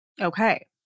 Okay